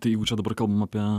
tai jau čia dabar kalbam apie